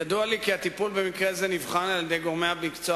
ידוע לי כי הטיפול במקרה זה נבחן על-ידי גורמי המקצוע